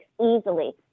easily